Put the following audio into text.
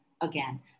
again